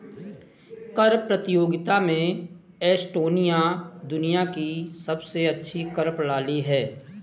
कर प्रतियोगिता में एस्टोनिया दुनिया की सबसे अच्छी कर प्रणाली है